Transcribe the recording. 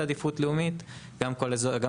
עדיפות לאומית או שנותנים רק לאזורי עדיפות לאומית.